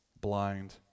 Blind